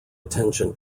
attention